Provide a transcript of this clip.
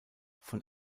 von